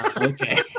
Okay